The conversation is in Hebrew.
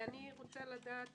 אני רוצה לדעת